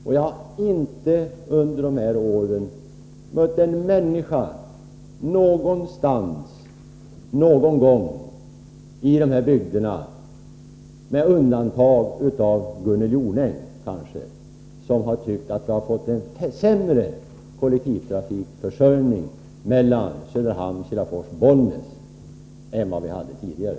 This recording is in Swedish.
Och jag har inte någon gång under dessa år mött en människa någonstans i dessa bygder — kanske med undantag för Gunnel Jonäng — som tyckt att vi har fått sämre kollektivtrafikförsörjning Söderhamn-Kilafors-Bollnäs än vad vi hade tidigare.